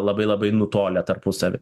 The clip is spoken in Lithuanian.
labai labai nutolę tarpusavy